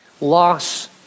loss